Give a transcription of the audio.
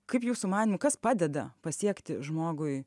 kaip jūsų manymu kas padeda pasiekti žmogui